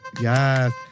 Yes